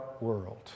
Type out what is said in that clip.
world